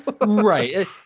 Right